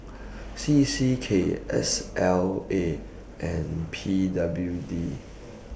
C C K S L A and P W D